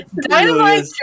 Dynamite